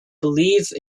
believe